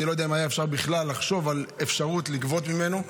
אני לא יודע אם בכלל היה אפשר לחשוב על אפשרות לגבות ממנו.